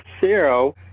Zero